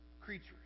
creatures